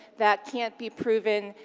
that can't be proven,